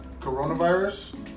coronavirus